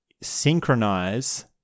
synchronize